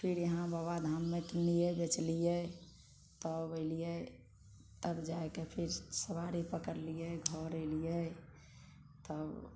फिर यहाँ बाबाधाममे किनलियै बेचलीयै तब एलियै तब जाइके फिर सवारी पकड़लियै घर एलियै तब